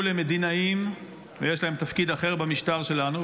למדינאים ויש להם תפקיד אחר במשטר שלנו,